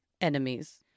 enemies